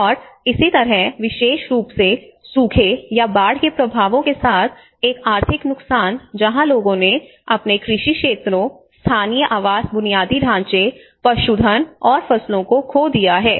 और इसी तरह विशेष रूप से सूखे या बाढ़ के प्रभावों के साथ एक आर्थिक नुकसान जहां लोगों ने अपने कृषि क्षेत्रों स्थानीय आवास बुनियादी ढांचे पशुधन और फसलों को खो दिया है